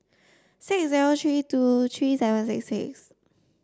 six zero three two three seven six six